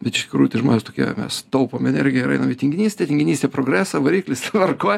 bet iš tikrųjų tai žmonės tokie mes taupom energiją ir einam į tinginystę tinginystė progreso variklis tvarkoj